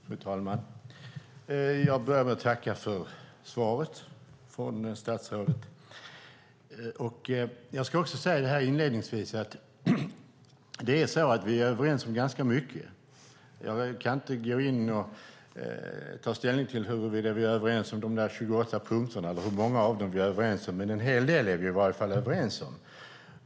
Fru talman! Jag börjar med att tacka för svaret från statsrådet. Jag ska inledningsvis säga att vi är överens om ganska mycket. Jag kan inte ta ställning till huruvida vi är överens om de 28 punkterna eller hur många av dem vi är överens om, men det är i varje fall en hel del som vi är överens om.